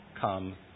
come